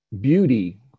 beauty